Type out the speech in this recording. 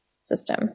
system